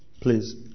Please